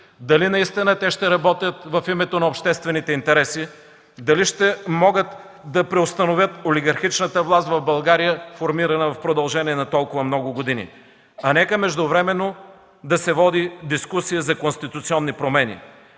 дали наистина те ще работят в името на обществените интереси, дали ще могат да преустановят олигархичната власт в България, формирана в продължение на толкова много години. Нека междувременно да се води дискусия за конституционни промени.